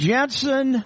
Jensen